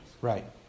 Right